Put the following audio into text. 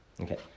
Okay